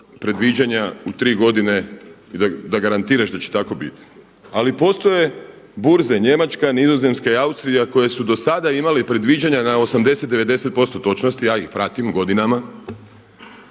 predviđanja u tri godine i da garantiraš da će tako biti. Ali postoje burze Njemačka, Nizozemska i Austrija koje su do sad imali predviđanja na 80, 90% točnosti. Ja ih pratim godinama.